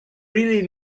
really